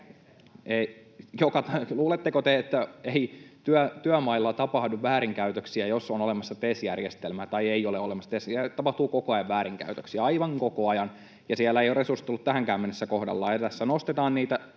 Luuletteko te, että työmailla ei tapahdu väärinkäytöksiä, jos on olemassa TES-järjestelmä tai ei ole olemassa TESiä? Siellä tapahtuu koko ajan väärinkäytöksiä, aivan koko ajan, ja siellä eivät ole resurssit olleet tähänkään mennessä kohdallaan. — Josta kävikin